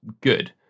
good